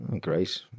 great